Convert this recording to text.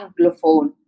Anglophone